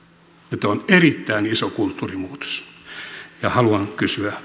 ja tämä on erittäin iso kulttuurimuutos haluan kysyä